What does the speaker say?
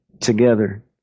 together